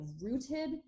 rooted